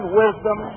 wisdom